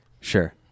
Sure